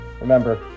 Remember